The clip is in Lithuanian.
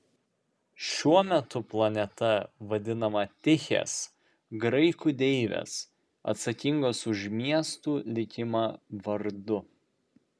šiuo metu planeta vadinama tichės graikų deivės atsakingos už miestų likimą vardu